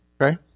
Okay